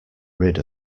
rid